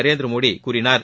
நரேந்திரமோடி கூறினார்